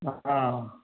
हाँ